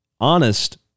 honest